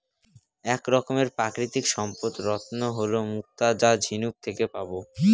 এক রকমের প্রাকৃতিক সম্পদ রত্ন হল মুক্তা যা ঝিনুক থেকে পাবো